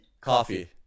Coffee